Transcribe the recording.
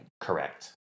Correct